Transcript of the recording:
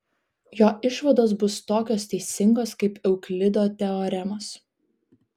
jo išvados bus tokios teisingos kaip euklido teoremos